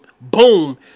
boom